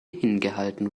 hingehalten